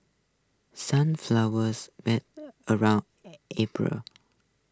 sunflowers bloom around April